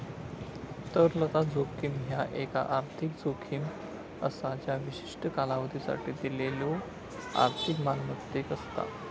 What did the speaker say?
तरलता जोखीम ह्या एक आर्थिक जोखीम असा ज्या विशिष्ट कालावधीसाठी दिलेल्यो आर्थिक मालमत्तेक असता